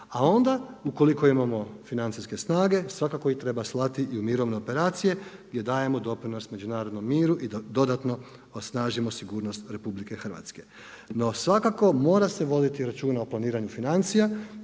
a onda ukoliko imamo financijske snage, svakako ih treba slati i u mirovne operacije gdje dajemo doprinos međunarodnom miru i dodatno osnažimo sigurnost RH. No svakako mora se voditi računa u planiranju financija,